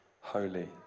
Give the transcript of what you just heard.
holy